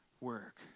work